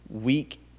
weak